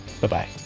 Bye-bye